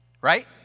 Right